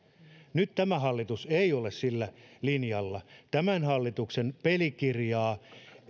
nyt tämä hallitus ei ole sillä linjalla tämän hallituksen pelikirjaa ei käydä